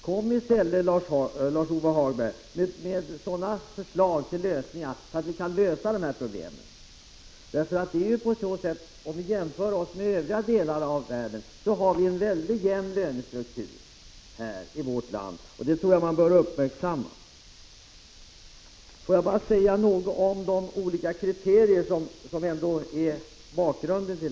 Kom i stället, Lars-Ove Hagberg, med sådana förslag att vi kan lösa de här problemen. I jämförelse med andra delar av världen har vi en tämligen jämn lönestruktur i vårt land, och det tror jag att man bör uppmärksamma. Låt mig säga något om de olika kriterier som regeringen har ansett bör utgöra grunden för statens lönepolitik.